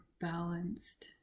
balanced